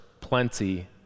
plenty